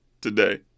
today